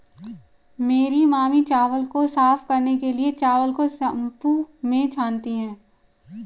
मेरी मामी चावल को साफ करने के लिए, चावल को सूंप में छानती हैं